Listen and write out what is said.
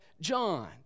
john